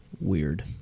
weird